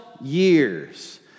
years